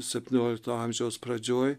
septyniolikto amžiaus pradžioj